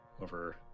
over